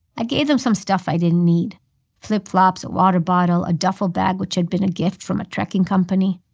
i gave them some stuff i didn't need flip-flops, a water bottle, a duffel bag, which had been a gift from a trekking company.